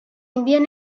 indian